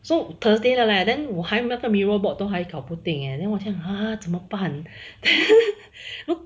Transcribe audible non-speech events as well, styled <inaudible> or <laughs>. so thursday night 了 then 我还那个 miro bot 都还搞不定 leh then 我就 !huh! 怎么办 then <laughs>